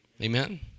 Amen